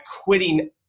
quitting